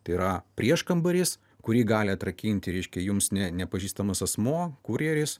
tai yra prieškambaris kurį gali atrakinti reiškia jums ne nepažįstamas asmuo kurjeris